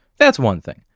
that's one thing.